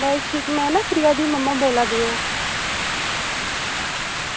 बस ठीक में ना प्रिया दी मम्मा बोला दियां